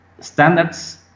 standards